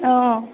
অঁ